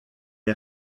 est